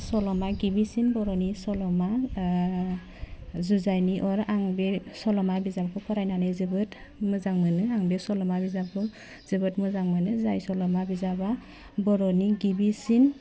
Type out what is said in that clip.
सल'मा गिबिसिन बर'नि सल'मा जुजाइनि अर आं बे सल'मा बिजाबखौ फरायनानै जोबोद मोजां मोनो आं बे सल'मा बिजाबखौ जोबोद मोजां मोनो जाय सल'मा बिजाबा बर'नि गिबिसिन